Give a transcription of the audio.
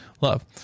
love